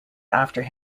after